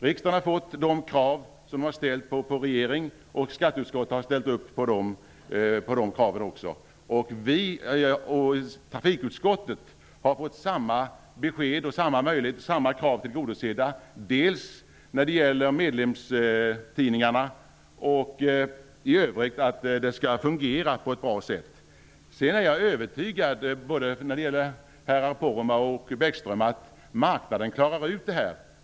Riksdagen har fått de krav som den ställde på regeringen uppfyllda. Skatteutskottet har också ställt upp på de kraven. Trafikutskottet har fått samma krav tillgodosedda när det gäller medlemstidningarna och att det skall fungera på ett bra sätt. Herrar Poromaa och Bäckström, jag är övertygad om att marknaden klarar av detta.